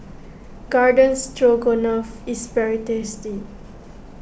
Garden Stroganoff is very tasty